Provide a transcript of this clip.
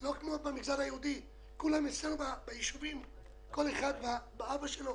לא כמו במגזר היהודי אצלנו בישובים כל אחד מטפל באבא שלו,